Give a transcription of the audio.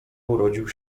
urodził